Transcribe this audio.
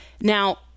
Now